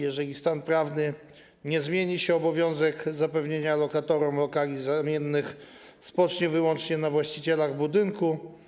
Jeżeli stan prawny nie zmieni się, obowiązek zapewnienia lokatorom lokali zamiennych spocznie wyłącznie na właścicielach budynku.